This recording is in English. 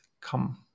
come